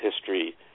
history